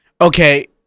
Okay